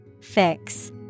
Fix